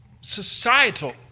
societal